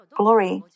glory